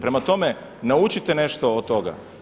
Prema tome, naučite nešto od toga.